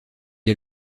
est